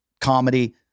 comedy